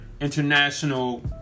international